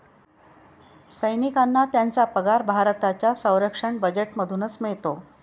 सैनिकांना त्यांचा पगार भारताच्या संरक्षण बजेटमधूनच मिळतो